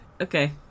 Okay